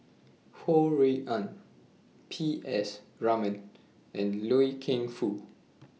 Ho Rui An P S Raman and Loy Keng Foo